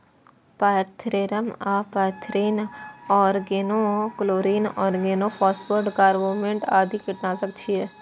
pyrethrum आ pyrethrin, organochlorine, organophosphorus, carbamate आदि कीटनाशक छियै